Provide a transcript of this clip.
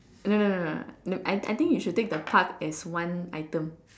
no no no no no I I think you should take the pug as one item